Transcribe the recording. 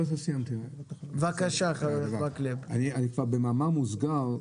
במאמר מוסגר,